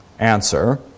Answer